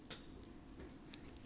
what would I regret